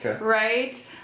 right